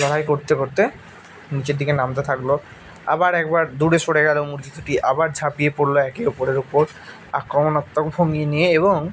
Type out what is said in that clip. লড়াই করতে করতে নীচের দিকে নামতে থাকলো আবার একবার দূরে সরে গেলো মুরগি দুটি আবার ঝাঁপিয়ে পড়লো একে ওপরের ওপর আক্রমণাত্মক ভঙ্গি নিয়ে এবং